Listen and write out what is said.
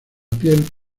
piel